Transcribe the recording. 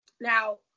now